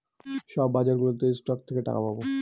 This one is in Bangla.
সব বাজারগুলোতে স্টক থেকে টাকা পাবো